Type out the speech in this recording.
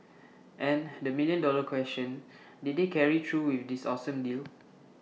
and the million dollar question did they carry through with this awesome deal